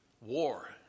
war